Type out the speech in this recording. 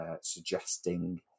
suggesting